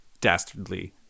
dastardly